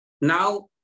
Now